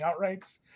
outrights